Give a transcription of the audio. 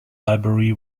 library